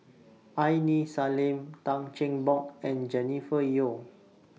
Aini Salim Tan Cheng Bock and Jennifer Yeo